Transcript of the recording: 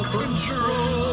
control